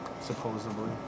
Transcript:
supposedly